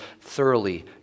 thoroughly